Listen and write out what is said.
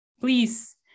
Please